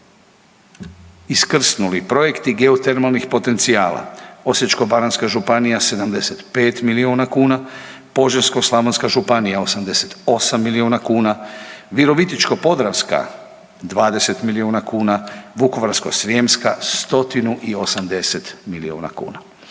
iskrsnuli projekti geotermalnih potencijala, Osječko-baranjska županija 75 milijuna kuna, Požeško-slavonska županija 88 milijuna kuna, Virovitičko-podravska 20 milijuna kuna, Vukovarsko-srijemska 180 milijuna kuna.